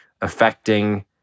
affecting